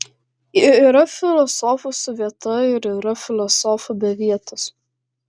yra filosofų su vieta ir yra filosofų be vietos